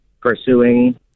pursuing